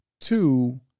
Two